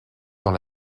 dans